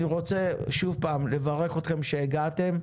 אני רוצה לברך אתכם על הגעתכם,